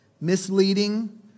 misleading